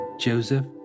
Joseph